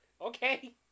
Okay